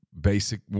basic